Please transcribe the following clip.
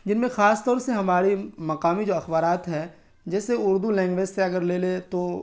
جن میں خاص طور سے ہماری مقامی جو اخبارات ہیں جیسے اردو لینگویج سے اگر لے لیں تو